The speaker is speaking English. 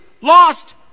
lost